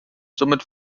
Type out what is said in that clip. somit